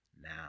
now